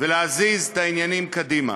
ולהזיז את העניינים קדימה.